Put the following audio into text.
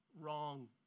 wrong